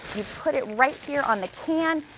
you put it right here on the can.